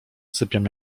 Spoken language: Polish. sypiam